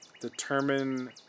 determine